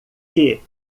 que